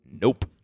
Nope